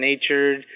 natured